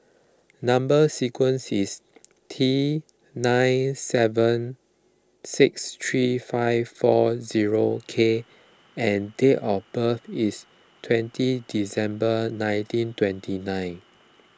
Number Sequence is T nine seven six three five four zero K and date of birth is twenty December nineteen twenty nine